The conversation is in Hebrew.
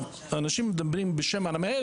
אנשים מדברים בשם המנהל,